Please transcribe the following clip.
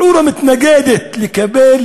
חורה מתנגדת לקבל,